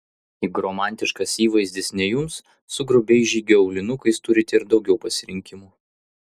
jeigu romantiškas įvaizdis ne jums su grubiais žygio aulinukais turite ir daugiau pasirinkimų